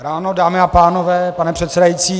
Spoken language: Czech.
Dobré ráno, dámy a pánové, pane předsedající.